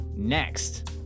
Next